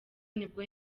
nibwo